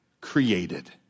created